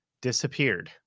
disappeared